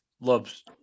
loves